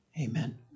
amen